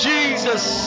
Jesus